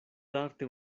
darte